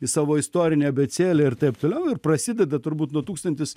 į savo istorinę abėcėlę ir taip toliau ir prasideda turbūt nuo tūkstantis